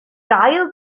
ail